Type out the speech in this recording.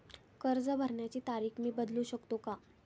कर्ज भरण्याची तारीख मी बदलू शकतो का?